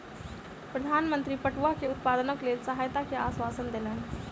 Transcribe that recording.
प्रधान मंत्री पटुआ के उत्पादनक लेल सहायता के आश्वासन देलैन